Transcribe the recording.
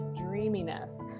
dreaminess